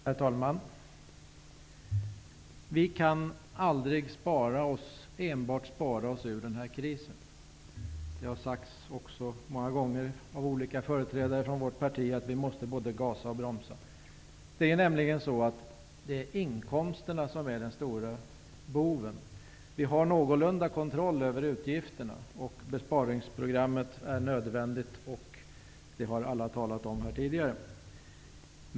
Herr talman! Vi kan aldrig enbart spara oss ur den här krisen. Det har sagts många gånger av olika företrädare för vårt parti att vi måste både gasa och bromsa. Det är nämligen inkomsterna som är den stora boven. Vi har ju någorlunda kontroll över utgifterna, och det besparingsprogram som alla här tidigare har talat om är nödvändigt.